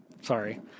sorry